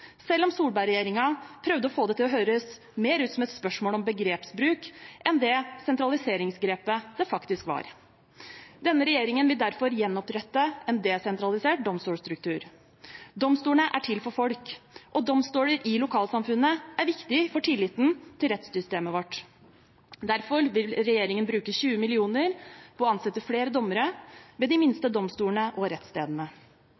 selv om Solberg-regjeringen prøvde å få det til å høres mer ut som et spørsmål om begrepsbruk enn det sentraliseringsgrepet det faktisk var. Denne regjeringen vil derfor gjenopprette en desentralisert domstolstruktur. Domstolene er til for folk, og domstoler i lokalsamfunnene er viktig for tilliten til rettssystemet vårt. Derfor vil regjeringen bruke 20 mill. kr på å ansette flere dommere ved de